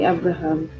Abraham